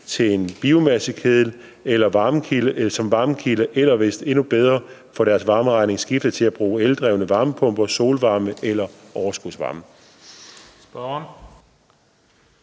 til en biomassekedel som varmekilde eller måske endnu bedre få skiftet til at bruge eldrevne varmepumper, solvarme eller overskudsvarme. Kl.